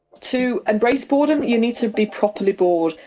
to embrace boredom, you need to be properly bored.